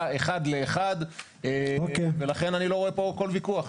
אחד לאחד ולכן אני לא רואה פה כל ויכוח.